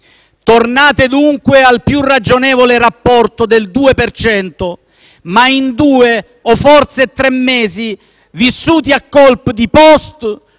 Tornate dunque al più ragionevole rapporto del 2 per cento, ma in due (o forse tre?) mesi vissuti a colpi di *post*,